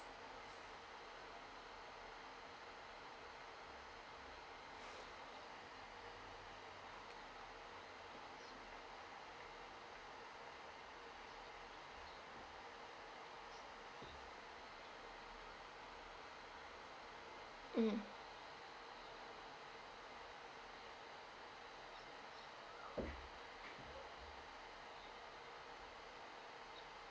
mm